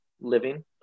living